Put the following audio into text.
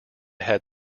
had